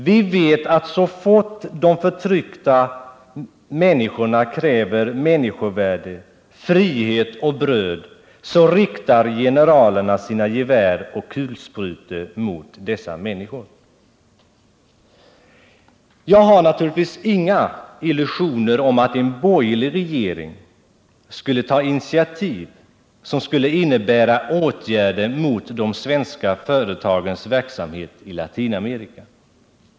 Vi vet att så fort de förtryckta kräver människovärde, frihet och bröd, så riktar generalerna sina gevär och kulsprutor mot dessa människor. Jag har naturligtvis inga illusioner om att en borgerlig regering skulle ta initiativ som skulle innebära åtgärder mot de svenska företagens verksamhet i Latinamerika.